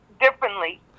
differently